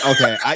Okay